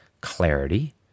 clarity